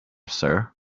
sir